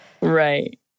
right